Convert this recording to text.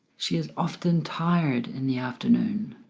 she is often tired in the afternoon